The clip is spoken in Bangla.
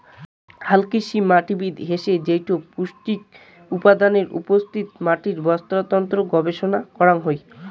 হালকৃষিমাটিবিদ্যা হসে যেইটো পৌষ্টিক উপাদানের উপস্থিতি, মাটির বাস্তুতন্ত্র গবেষণা করাং হই